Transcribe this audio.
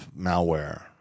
malware